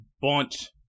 bunch